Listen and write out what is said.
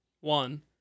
one